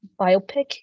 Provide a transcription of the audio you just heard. Biopic